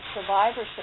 survivorship